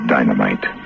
Dynamite